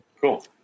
cool